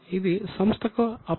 ఇది సంస్థకు అప్పు